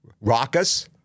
raucous